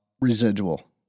residual